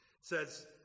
says